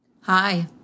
Hi